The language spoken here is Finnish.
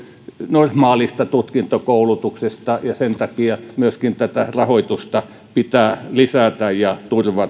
normaalista tutkintokoulutuksesta ja sen takia myöskin rahoitusta pitää lisätä ja turvata se on